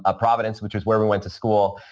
ah providence, which was where we went to school,